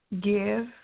give